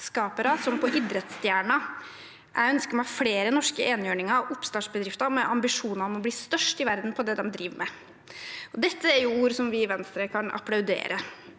vekstskapere som på idrettsstjerner. (…) Jeg ønsker meg flere norske enhjørninger og oppstartsbedrifter med ambisjoner om å bli størst i verden på det de driver med.» Dette er ord som vi i Venstre kan applaudere.